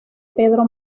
pedro